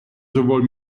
sowohl